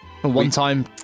One-time